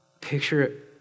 picture